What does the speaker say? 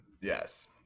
Yes